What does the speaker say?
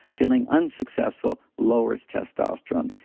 feeling unsuccessful lowers testosterone.